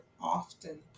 often